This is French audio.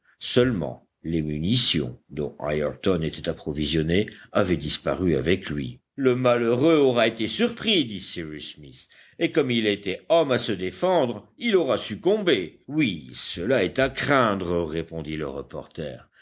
seulement les munitions dont ayrton était approvisionné avaient disparu avec lui le malheureux aura été surpris dit cyrus smith et comme il était homme à se défendre il aura succombé oui cela est à craindre répondit le reporter